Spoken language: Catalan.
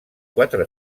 quatre